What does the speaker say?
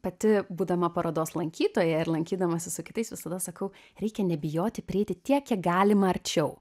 pati būdama parodos lankytoja ir lankydamasi su kitais visada sakau reikia nebijoti prieiti tiek kiek galima arčiau